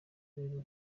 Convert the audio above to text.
rurerure